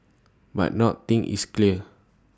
but not thing is clear